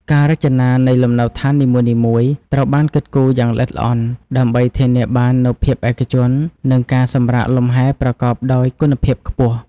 ការរចនានៃលំនៅដ្ឋាននីមួយៗ ត្រូវបានគិតគូរយ៉ាងល្អិតល្អន់ ដើម្បីធានាបាននូវភាពឯកជន និងការសម្រាកលំហែប្រកបដោយគុណភាពខ្ពស់។